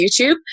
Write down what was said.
YouTube